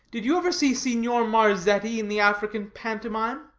did you ever see signor marzetti in the african pantomime?